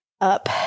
up